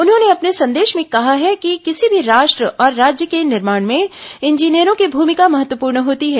उन्होंने अपने संदेश में कहा है कि किसी भी राष्ट्र और राज्य के निर्माण में इंजीनियरों की भूमिका महत्वपूर्ण होती है